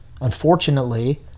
Unfortunately